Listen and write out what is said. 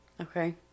Okay